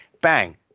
Bang